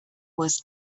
was